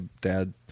dad